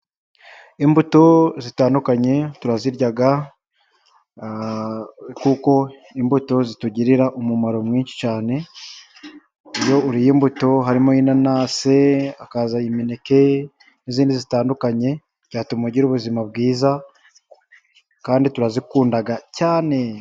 Imbuto zitandukanye turazirya, kuko imbuto zitugirira umumaro mwinshi cyane, iyo uriye imbuto harimo inanasi, hakaza imineke n'izindi zitandukanye; byatuma ugira ubuzima bwiza kandi turazikunda cyane.